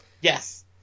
Yes